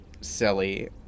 silly